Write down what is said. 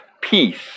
Peace